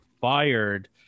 fired